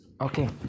Okay